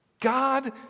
God